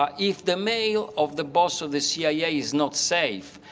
um if the mail of the boss of the cia is not safe,